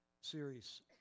series